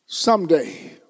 Someday